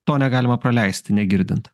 to negalima praleisti negirdint